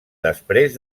després